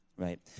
Right